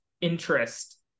interest